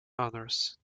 honours